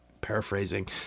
Paraphrasing